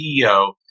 CEO